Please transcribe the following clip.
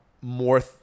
more